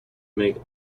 make